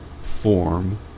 form